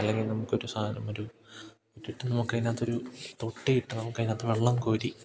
അല്ലെങ്കിൽ നമുക്ക് ഒരു സാധനം ഒരു അതിനകത്ത് ഒരു തൊട്ടി ഇട്ട് നമുക്ക് ഇതിനകത്ത് വെള്ളം കോരി